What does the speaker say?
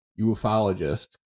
ufologist